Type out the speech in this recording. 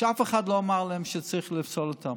אף אחד לא אמר להם שצריך לפסול אותם.